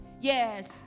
yes